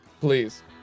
please